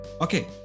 Okay